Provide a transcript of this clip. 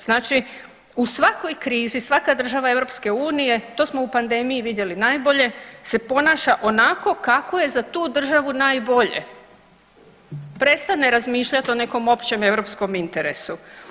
Znači, u svakoj krizi svaka država Europske unije to smo u pandemiji vidjeli najbolje se ponaša onako kako je za tu državu najbolje, prestane razmišljati o nekom općem europskom interesu.